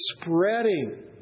spreading